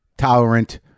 Tolerant